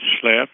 slept